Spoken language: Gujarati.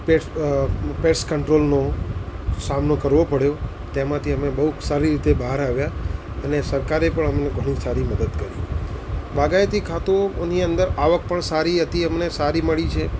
પેસ્ટ પેસ્ટ કંટ્રોલનો સામનો કરવો પડ્યો તેમાંથી અમે બહુ સારી રીતે બહાર આવ્યા અને સરકારે પણ અમને ઘણું સારી મદદ કરી બાગાયતી ખાતોની અંદર આવક પણ સારી હતી અમને સારી મળી છે